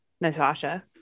Natasha